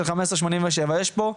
15/87 יש פה,